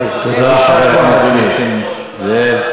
תודה לחבר הכנסת נסים זאב.